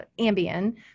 Ambien